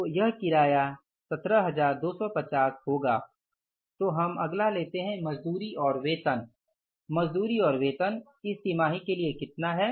तो यह किराया १७२५० होगा तो हम अगला लेते हैं मजदूरी और वेतन मजदूरी और वेतन इस तिमाही के लिए कितना है